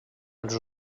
els